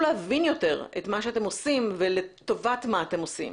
להבין יותר את מה שאתם עושים ולטובת מה אתם עושים.